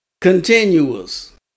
continuous